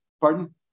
pardon